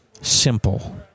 simple